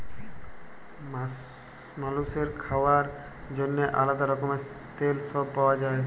মালুসের খাওয়ার জন্যেহে আলাদা রকমের তেল সব পাওয়া যায়